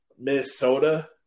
Minnesota